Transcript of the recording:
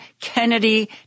Kennedy